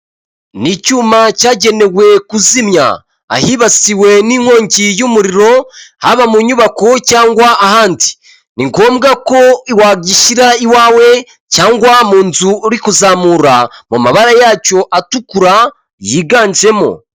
Ni icyuma cyagenewe kuzimya ahibasiwe n'inkongi y'umuriro haba mu nyubako cyangwa ahandi, ni ngombwa ko wagishyira iwawe cyangwa mu nzu uri kuzamura mu mabara yacyo atukura yiganjemo.